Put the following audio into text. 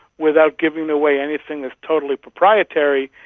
without giving away anything that's totally proprietary,